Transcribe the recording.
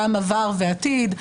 גם עבר ועתיד,